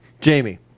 Jamie